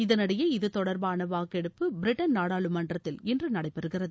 இதனிடையே இது தொடர்பான வாக்கெடுப்பு பிரிட்டன் நாடாளுமன்றத்தில் இன்று நடைபெறுகிறது